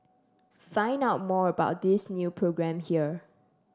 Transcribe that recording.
find out more about this new programme here